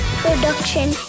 Production